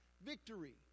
victory